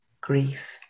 grief